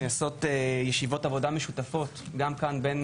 נעשות ישיבות עבודה משותפות גם כאן בין